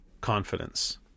confidence